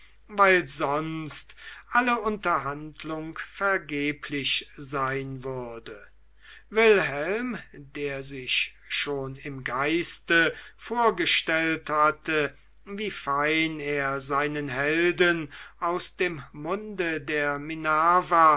weil sonst alle unterhandlung vergeblich sein würde wilhelm der sich schon im geiste vorgestellt hatte wie fein er seinen helden aus dem munde der minerva